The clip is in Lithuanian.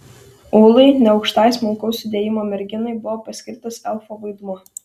ūlai neaukštai smulkaus sudėjimo merginai buvo paskirtas elfo vaidmuo